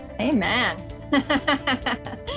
Amen